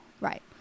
right